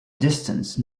distance